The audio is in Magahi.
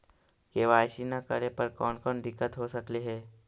के.वाई.सी न करे पर कौन कौन दिक्कत हो सकले हे?